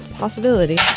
Possibility